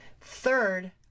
Third